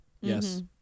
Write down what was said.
Yes